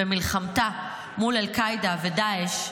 במלחמתה מול אל-קאעידה ודאעש,